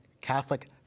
Catholic